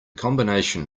combination